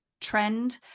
trend